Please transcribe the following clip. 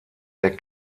der